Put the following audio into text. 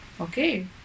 Okay